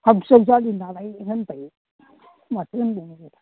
हा बिजावजालि नालाइ होनबाय माथो होनबावनांगौ